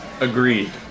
Agreed